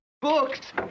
books